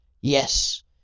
yes